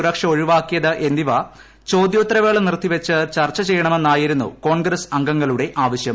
സുരക്ഷ ഒഴിവാക്കിയത് എന്നിവ ചോദ്യോത്തരവേള നിർത്തിവച്ച് ചർച്ച ചെയ്യണമെന്നായിരുന്നു കോൺഗ്രസ് അംഗങ്ങളുടെ ആവശൃം